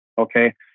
Okay